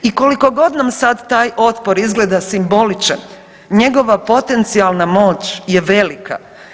I koliko god nam sad taj otpor izgleda simboličan njegova potencijalna moć je velika.